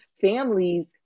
families